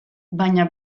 baina